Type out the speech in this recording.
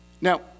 Now